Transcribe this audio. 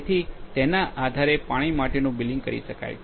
જેથી તેના આધારે પાણી માટેનું બિલિંગ કરી શકાય છે